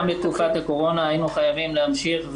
בתקופת הקורונה היינו חייבים להמשיך.